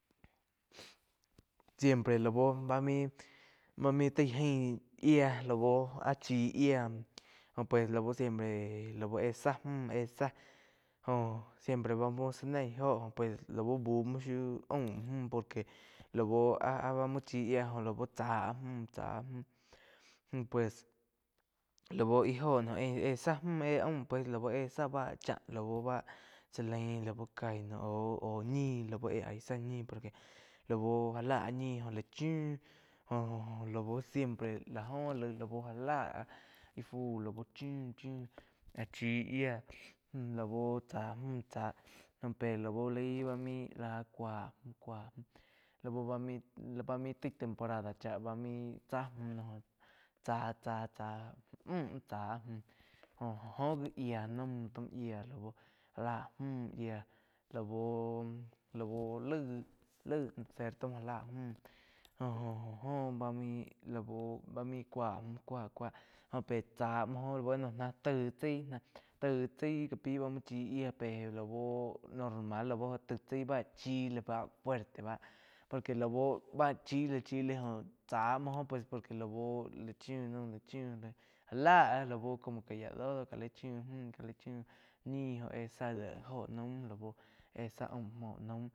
Siempre lau bá main-bá main taíh jain yía lá bu áh chí yía jo pues lau siempre lau éh záh múh éh jo siempre ba muo zá neíh óho pues lau búh muo shiu áum müh por que laú áh-áh bá muo chi jó lau chá muo mú pues lau íh óho no éh-éh záh mú éh aum pues éh záh bá cháh báh chá lain laú caí aú-áu ni lau éh aíh zá ñi por que laú já la áh ñih jó lá chíu jo-jo lau siempre lá óh laig laú já láh íh fu lau chíu-chíu áh chí yía lau tzá mú tzá laú laih main láh cúa mú cua-cua lau bá main la main taí temporada chá main tzá chá-chá múh chá áh múh jo óh gi yía naum taum yía lau já láh múh yía lau-lau. Laig-laig nacer taum já la múh jo-jo óh bá main au bá main cúa mu cua-cua óh pé chá muo óh ná taig chaí ná taíg chai ka íh bá muo chí yía pe lau normal lau óh taig chaí báh chí bá fuerte báh laú bá chí le, chí le joh tzá muo óh pues lau lá chíu naum já lá lau como lóh gá la chíu müh ñi óh éh zá deh óho naum éh záh aum óho naum.